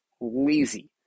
lazy